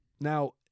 now